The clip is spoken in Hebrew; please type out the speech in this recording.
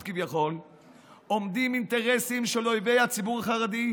כביכול עומדים אינטרסים של אויבי הציבור החרדי,